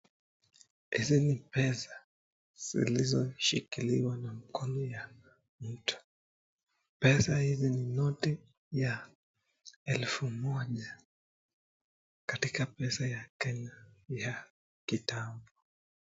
Hizi ni pesa zilizoshikiliwa na mkono ya mtu. Pesa hizi ni noti ya elfu moja katika pesa ya kenya ya kitambo.